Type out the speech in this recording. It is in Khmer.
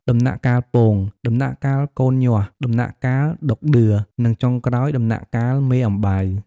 ដំណាក់កាលពង, ដំណាក់កាលកូនញាស់, ដំណាក់កាលដក់ដឿ និងចុងក្រោយដំណាក់កាលមេអំបៅ។